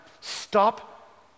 Stop